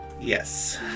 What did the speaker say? Yes